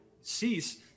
cease